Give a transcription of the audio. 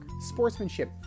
sportsmanship